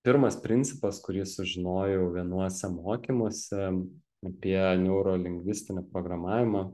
pirmas principas kurį sužinojau vienuose mokymuose apie neurolingvistinį programavimą